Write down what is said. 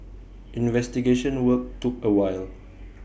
investigation work took A while